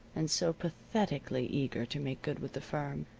and so pathetically eager to make good with the firm,